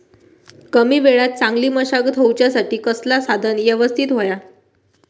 कमी वेळात चांगली मशागत होऊच्यासाठी कसला साधन यवस्तित होया?